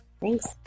Thanks